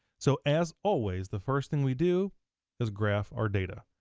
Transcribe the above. so as always, the first thing we do is graph our data.